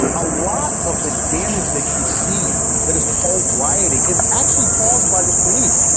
a lot of the damage that you see that is called rioting is actually caused by the police.